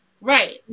Right